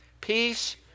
peace